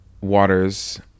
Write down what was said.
waters